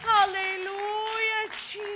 Hallelujah